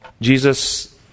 Jesus